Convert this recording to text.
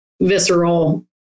visceral